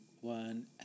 one